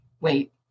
wait